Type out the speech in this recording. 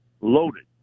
loaded